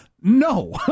No